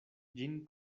ĝin